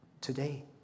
today